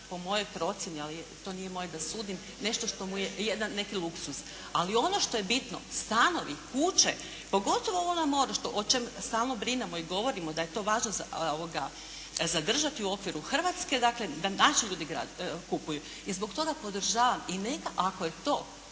po mojoj procjeni, ali to nije moje da sudim, nešto što mu je jedan, neki luksuz. Ali, ono što je bitno, stanovi, kuće, pogotovo ovo na moru o čemu stalno brinemo i govorimo da je to važno zadržati u okviru Hrvatske, dakle da naši ljudi grade, kupuju. I zbog toga podržavam i neka, ako je to